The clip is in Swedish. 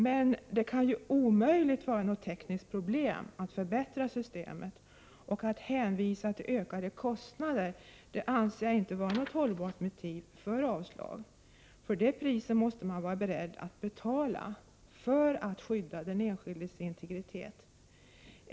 Men det kan omöjligt vara något tekniskt problem att förbättra systemet, och att hänvisa till ökade kostnader anser jag inte vara något hållbart motiv för avslag. Det priset måste man vara beredd att betala för att skydda den enskildes integritet.